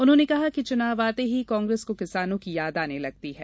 उन्होंने कहा कि चुनाव आते ही कांग्रेस को किसानो की याद आने लगी है